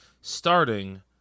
starting